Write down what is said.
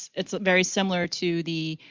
it's very similar to the